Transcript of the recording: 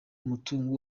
umutungo